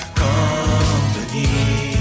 company